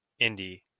indie